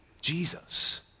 Jesus